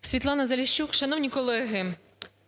Світлана Заліщук. Шановні колеги,